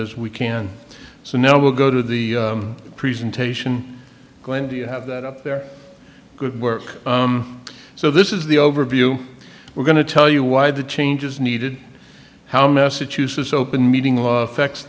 as we can so now we'll go to the presentation going do you have that up there good work so this is the overview we're going to tell you why the changes needed how massachusetts open meeting law affects